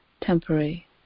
temporary